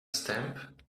stamp